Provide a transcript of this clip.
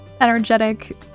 energetic